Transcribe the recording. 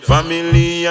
Family